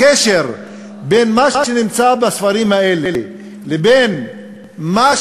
הקשר בין מה שנמצא בספרים האלה לבין מה